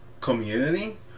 community